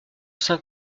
saint